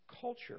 culture